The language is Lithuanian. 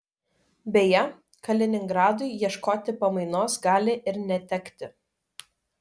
beje kaliningradui ieškoti pamainos gali ir netekti